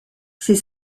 ces